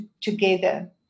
together